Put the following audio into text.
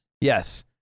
yes